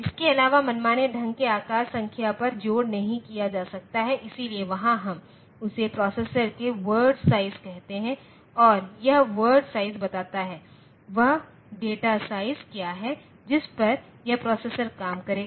इसके अलावा मनमाने ढंग के आकार संख्याओं पर जोड़ नहीं किया जा सकता है इसलिए वहाँ हम उसे प्रोसेसर के वर्ड साइज कहते हैं और यह वर्ड साइज बताता है वह डेटासाइज क्या है जिस पर यह प्रोसेसर काम करेगा